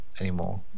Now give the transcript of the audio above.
anymore